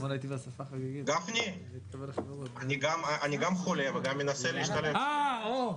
גפני, אני גם חולה וגם מנסה להשתלב פה.